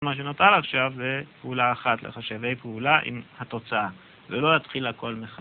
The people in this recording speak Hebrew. מה שנותר עכשיו זה פעולה אחת לחשבי פעולה עם התוצאה ולא להתחיל הכל מחדש